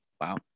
Wow